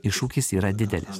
iššūkis yra didelis